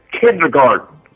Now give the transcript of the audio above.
kindergarten